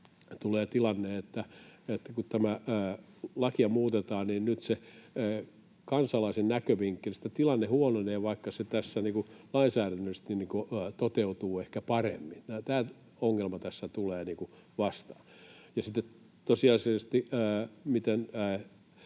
tulee tilanne, että kun tätä lakia muutetaan, niin nyt kansalaisen näkövinkkelistä tilanne huononee, vaikka se tässä lainsäädännöllisesti toteutuu ehkä paremmin. Tämä ongelma tässä tulee vastaan. Ja sitten on tosiasiallisesti se, miten